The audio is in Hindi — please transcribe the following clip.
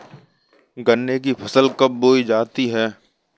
गन्ने की फसल कब बोई जाती है?